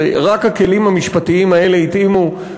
ורק הכלים המשפטיים האלה התאימו,